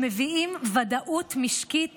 שמביאים ודאות משקית